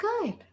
good